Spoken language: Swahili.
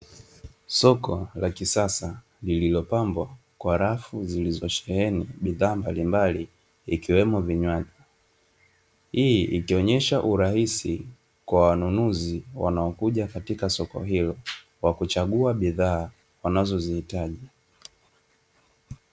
Soko la kisasa, lililopambwa kwa rafu zilizosheheni bidhaa mbalimbali, ikiwemo vinywaji. Hii ikionyesha urahisi kwa wanunuzi wanaokuja katika soko hilo, kwa kuchagua bidhaa wanazozihitaji.